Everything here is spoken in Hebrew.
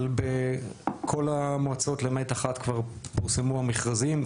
כל המועצות למעט אחת, כבר פורסמו המכרזים.